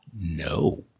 No